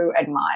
admire